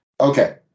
Okay